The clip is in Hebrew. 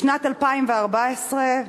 בשנת 2014,